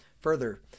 Further